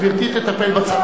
גברתי תטפל בצד הזה.